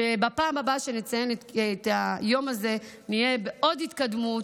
שבפעם הבאה שנציין את כי את היום הזה נהיה בעוד התקדמות,